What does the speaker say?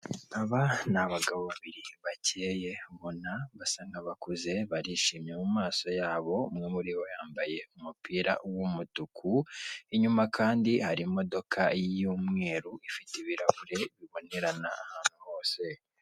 Aba ni abagabo babiri bakeye, ubona basa nk'abakuze, barishimye mu maso yabo, umwe muribo yambaye umupira w'umutuku, inyuma kandi hari imodoka y'umweru, ifite ibirahure bibonerana ahantu hose.